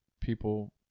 people